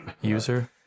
user